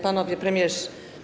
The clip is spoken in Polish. Panowie Premierzy!